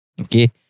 Okay